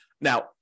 Now